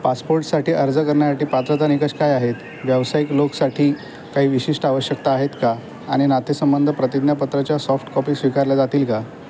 पासपोटसाठी अर्ज करण्यासाठी पात्रता निकष काय आहेत व्यावसायिक लोकसाठी काही विशिष्ट आवश्यकता आहेत का आणि नातेसंबंध प्रतिज्ञापत्राच्या सॉफ्टकॉपी स्वीकारल्या जातील का